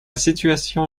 situation